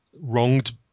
wronged